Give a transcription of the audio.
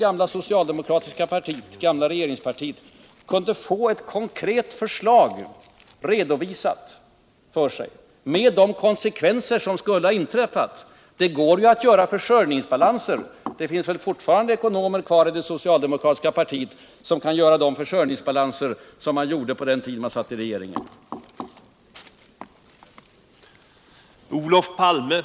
Hur skulle det vara om man från det gamla regeringspartiet kunde få ett konkret förslag redovisat för sig med de konsekvenser som skulle ha följt av en socialdemokratisk politik? Det går ju att göra försörjningsbalanser. Det finns väl fortfarande ekonomer kvar i det socialdemokratiska partiet som kan göra försörjningsbalanser, som man gjorde på den tiden då man satt i regeringsställning.